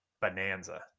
bonanza